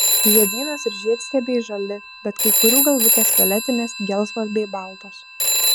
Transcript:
žiedynas ir žiedstiebiai žali bet kai kurių galvutės violetinės gelsvos bei baltos